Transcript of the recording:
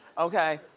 okay.